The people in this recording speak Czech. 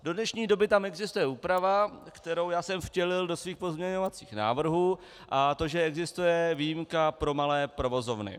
Do dnešní doby tam existuje úprava, kterou jsem vtělil do svých pozměňovacích návrhů, a to že existuje výjimka pro malé provozovny.